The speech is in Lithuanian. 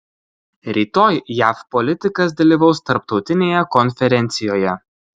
rytoj jav politikas dalyvaus tarptautinėje konferencijoje